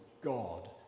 God